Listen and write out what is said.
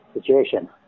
situation